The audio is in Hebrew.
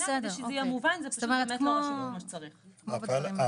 אחיות יש גם בבתי חולים ובכל מיני מקומות.